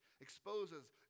exposes